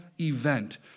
event